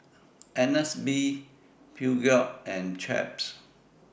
Agnes B Peugeot and Chaps